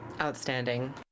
Outstanding